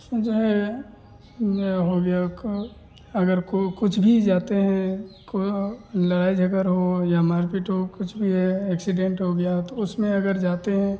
इसमें जो है या हो गया को अगर को कुछ भी जाते हैं कोओ लड़ाई झगड़ा हो या मार पीट हो कुछ भी है एक्सिडेन्ट हो गया तो उसमें अगर जाते हैं